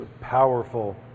powerful